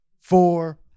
four